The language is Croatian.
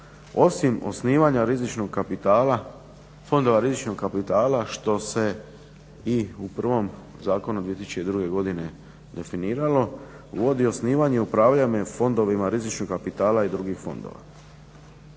osim osnivanja rizičnog kapitala, fondova rizičnog kapitala što se i u prvom zakonu 2002. godine definiralo uvodi osnivanje i upravljanje fondovima rizičnog kapitala i drugih fondova.